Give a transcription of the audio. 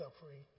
suffering